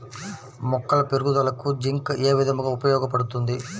మొక్కల పెరుగుదలకు జింక్ ఏ విధముగా ఉపయోగపడుతుంది?